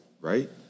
Right